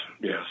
yes